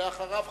ואחריו,